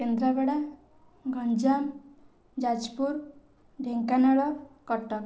Kendrapara Ganjam Jajpur Dhenkanal Cuttack